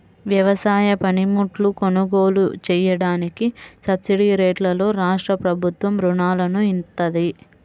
వ్యవసాయ పనిముట్లు కొనుగోలు చెయ్యడానికి సబ్సిడీరేట్లలో రాష్ట్రప్రభుత్వం రుణాలను ఇత్తంది